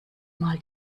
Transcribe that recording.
mal